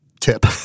tip